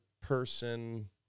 person